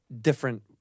different